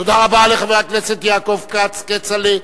תודה רבה לחבר הכנסת יעקב כץ, כצל'ה.